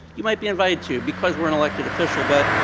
you might be invited to, because we're an elected official, but,